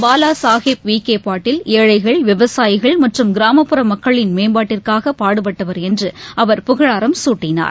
பாலா சாஹேப் விக்கே பாட்டீல் ஏழைகள் விவசாயிகள் மற்றும் கிராமப்புற மக்களின் மேம்பாட்டற்காக பாடுபட்டவர் என்று அவர் புகழாரம் சூட்டினார்